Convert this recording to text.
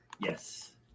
Yes